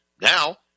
Now